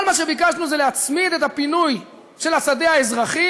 כל מה שביקשנו זה להצמיד את הפינוי של השדה האזרחי,